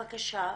בבקשה,